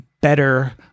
better